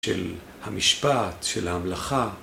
של המשפט, של המלאכה.